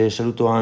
saluto